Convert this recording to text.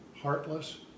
heartless